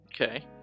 Okay